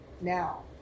now